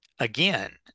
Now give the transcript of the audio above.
Again